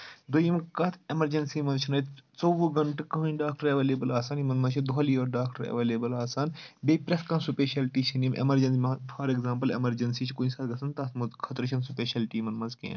دۄیِم کَتھ ایٚمَرجَنسی منٛز چھِنہٕ اَتہِ ژوٚوُہ گَنٹہٕ کٔہیٖنۍ ڈاکٹر ایٚولیبٕل آسان یِمَن منٛز چھِ دۄہلے یوت ڈاکٹر ایٚولیبٕل آسان بیٚیہِ پرٛؠتھ کانٛہہ سُپیشَلٹی چھِنہٕ یِم اؠمَرجَنسی مان فار ایٚگزامپٕل ایٚمَرجَنسی چھِ کُنہِ ساتہٕ گژھان تَتھ منٛز خٲطرٕ چھِنہٕ سُپیشَلٹی یِمَن منٛز کینٛہہ